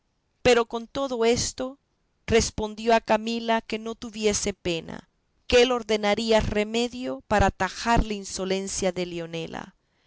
pero con todo esto respondió a camila que no tuviese pena que él ordenaría remedio para atajar la insolencia de leonela